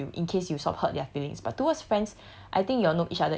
to tell them how you truly feel in case you sort hurt their feelings but towards friends